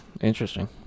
Interesting